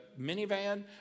minivan